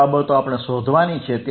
ત્રણ બાબતો આપણે શોધવાની છે